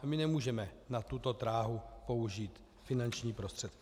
My nemůžeme na tuto dráhu použít finanční prostředky.